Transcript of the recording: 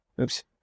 oops